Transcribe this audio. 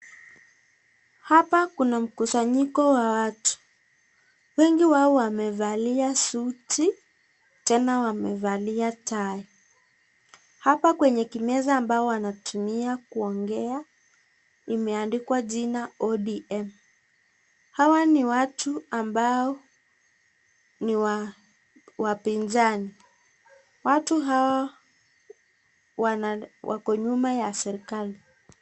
Hapa kuna mkusanyiko wa watu. Wengi wao wamevalia suti tena wamevalia tai. Hapa kwenye kimeza ambayo wanatumia kuongea, imeandikwa jina ODM.Hawa ni watu ambao ni wapinzani. Watu hao wana, wako nyuma ya serikali.